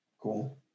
Cool